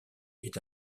est